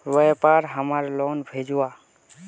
व्यापार हमार लोन भेजुआ?